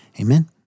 Amen